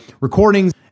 recordings